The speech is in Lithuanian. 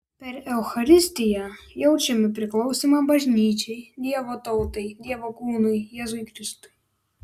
per eucharistiją jaučiame priklausymą bažnyčiai dievo tautai dievo kūnui jėzui kristui